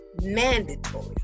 mandatory